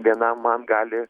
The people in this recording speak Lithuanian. vienam man gali